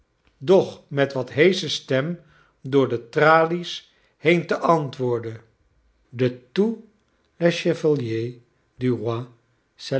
doch met wat heesche stem door de tralies been te aixtwoorden de tous